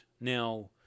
Now